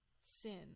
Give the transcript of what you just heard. sin